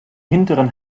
hinteren